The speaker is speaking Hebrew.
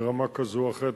ברמה כזאת או אחרת,